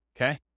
okay